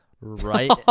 right